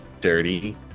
dirty